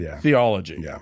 theology